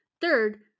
Third